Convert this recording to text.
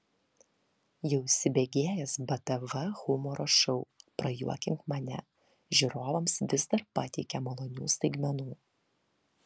jau įsibėgėjęs btv humoro šou prajuokink mane žiūrovams vis dar pateikia malonių staigmenų